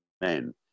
men